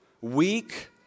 weak